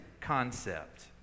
concept